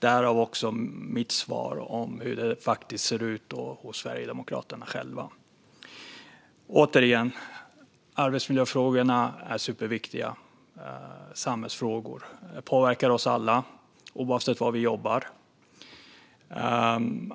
Det var anledningen till mitt svar om hur det faktiskt ser ut hos Sverigedemokraterna själva. Återigen: Arbetsmiljöfrågorna är superviktiga samhällsfrågor. De påverkar oss alla, oavsett var vi jobbar.